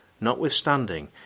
Notwithstanding